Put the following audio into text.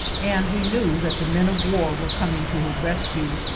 and we knew that the men-of-war were coming to his rescue.